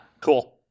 Cool